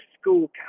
school